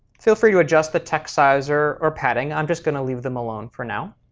feel free to adjust the text size or or padding. i'm just going to leave them alone for now.